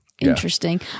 Interesting